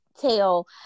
tell